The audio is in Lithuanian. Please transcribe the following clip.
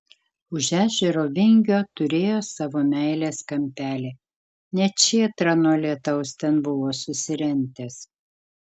už ežero vingio turėjo savo meilės kampelį net šėtrą nuo lietaus ten buvo susirentęs